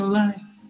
life